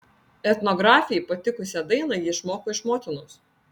etnografei patikusią dainą ji išmoko iš motinos